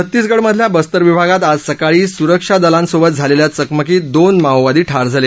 छत्तीसगडमधल्या बस्तर विभागात आज सकाळी सुरक्षा दलासोबत झालेल्या चकमकीत दोन माओवादी ठार झाले